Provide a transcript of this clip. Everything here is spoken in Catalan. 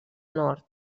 nord